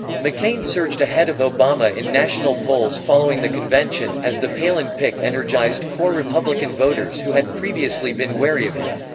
mccain surged ahead of obama in national polls following the convention, as the palin pick energized core republican voters who had previously been wary of him.